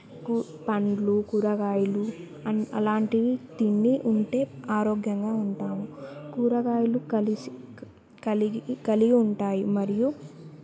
కూ పండ్లు కూరగాయలు అండ్ అలాంటివి తిండి ఉంటే ఆరోగ్యంగా ఉంటాము కూరగాయలు కలిసి కలిగి కలిగి ఉంటాయి మరియు